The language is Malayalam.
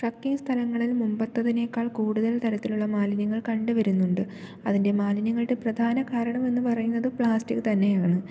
ട്രക്കിങ്ങ് സ്ഥലങ്ങളിൽ മുമ്പത്തേതിനേക്കാൾ കൂടുതൽ തരത്തിലുള്ള മാലിന്യങ്ങൾ കണ്ടു വരുന്നുണ്ട് അതിൻ്റെ മാലിന്യങ്ങളുടെ പ്രധാനകാരണമെന്നു പറയുന്നത് പ്ലാസ്റ്റിക്ക് തന്നെയാണ്